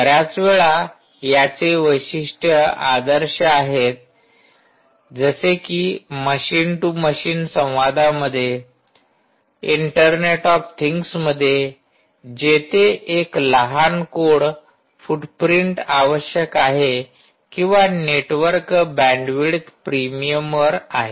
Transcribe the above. बऱ्याच वेळा याचे वैशिष्ट्ये आदर्श आहेत जसे कि मशीन टू मशीन संवादामध्ये इंटरनेट ऑफ थिंग्स मध्ये जेथे एक लहान कोड फूटप्रिंट आवश्यक आहे किंवा नेटवर्क बँडविड्थ प्रीमियमवर आहे